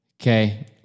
Okay